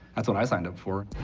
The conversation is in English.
that's what i signed up for.